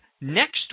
next